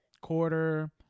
quarter